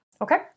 okay